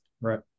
Right